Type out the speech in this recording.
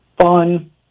Fun